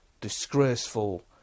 disgraceful